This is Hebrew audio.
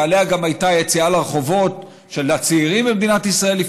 ועליה גם הייתה לפני שבע שנים היציאה לרחובות של הצעירים במדינת ישראל: